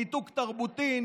ניתוק תרבותי,